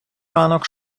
ранок